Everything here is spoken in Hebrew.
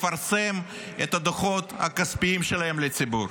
לפרסם את הדוחות הכספיים שלהם לציבור.